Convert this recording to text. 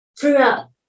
throughout